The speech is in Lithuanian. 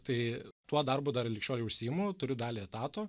tai tuo darbu dar lig šiolei užsiimu turiu dalį etato